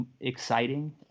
exciting